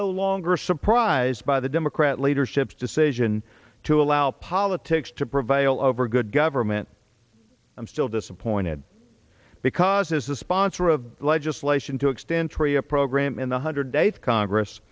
no longer surprised by the democrat leadership's decision to allow politics to prevail over good government i'm still disappointed because as the sponsor of legislation to extend tree a program in the hundred eighth congress